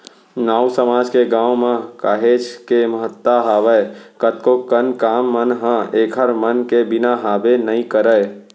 नाऊ समाज के गाँव म काहेच के महत्ता हावय कतको कन काम मन ह ऐखर मन के बिना हाबे नइ करय